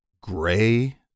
gray